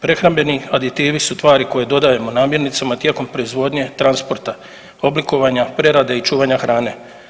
Prehrambeni aditivi su tvari koje dodajemo namirnicama tijekom proizvodnje, transporta, oblikovanja, prerade i čuvanja hrane.